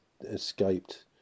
escaped